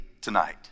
tonight